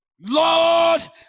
lord